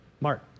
Mark